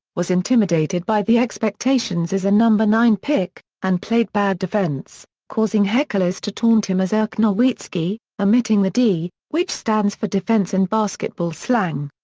was intimidated by the expectations as a number nine pick, and played bad defense, causing hecklers to taunt him as irk nowitzki, omitting the d which stands for defense in basketball slang.